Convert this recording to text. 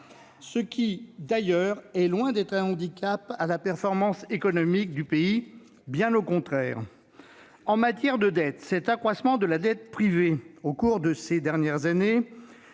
ce qui d'ailleurs est loin d'être un handicap à la performance économique du pays, bien au contraire. En matière de dette, c'est l'accroissement de la dette privée au cours de ces dernières années